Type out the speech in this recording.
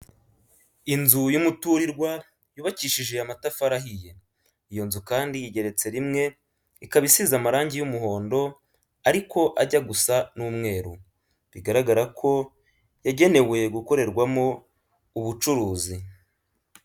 Inzu y'umututrirwa, yubakishije amatafari ahiye. Iyo nzu kandi igeretse rimwe, ikaba isize amarangi y'umuhondo ariko ajya gusa n'umweru, biragaragara ko yagenewe gukorerwamo ubucuruzi.